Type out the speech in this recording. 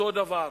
אותו דבר,